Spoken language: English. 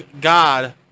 god